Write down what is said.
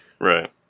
Right